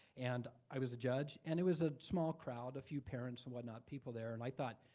and i was a judge. and it was a small crowd, a few parents and whatnot, people there, and i thought,